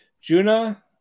Juna